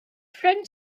friend